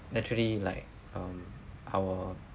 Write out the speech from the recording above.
naturally like um our